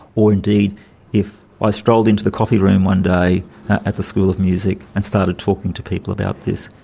or indeed if i strolled into the coffee room one day at the school of music and started talking to people about this.